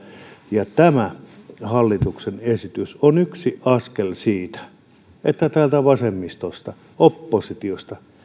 ja tämä hallituksen esitys on yksi askel siinä että täältä vasemmistosta oppositiosta